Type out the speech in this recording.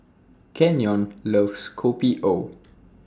Kenyon loves Kopi O